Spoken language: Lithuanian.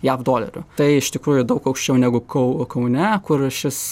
jav dolerių tai iš tikrųjų daug aukščiau negu kau kaune kur šis